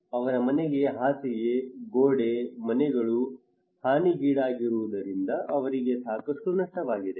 ಅವರ ಮನೆಯ ಹಾಸಿಗೆ ಗೋಡೆ ಮನೆಗಳು ಹಾನಿಗೀಡಾಗಿರುವುದರಿಂದ ಅವರಿಗೆ ಸಾಕಷ್ಟು ನಷ್ಟವಾಗಿದೆ